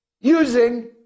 using